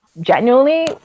genuinely